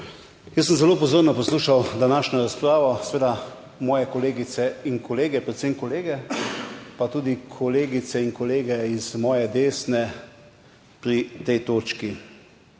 Jaz sem zelo pozorno poslušal današnjo razpravo, seveda, moje kolegice in kolege, predvsem kolege, pa tudi kolegice in kolege iz moje desne pri tej točki.